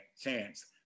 chance